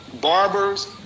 barbers